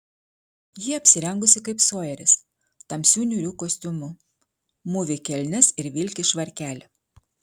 ji apsirengusi kaip sojeris tamsiu niūriu kostiumu mūvi kelnes ir vilki švarkelį